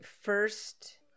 First